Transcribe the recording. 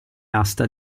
asta